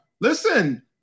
Listen